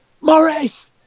Morris